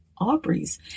Aubrey's